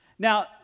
Now